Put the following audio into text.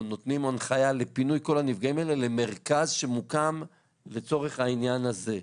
או נותנים הנחיה לפינוי כל הנפגעים האלה למרכז שמוקם לצורך העניין הזה.